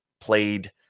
played